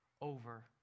over